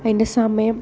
അതിന്റെ സമയം